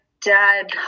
dad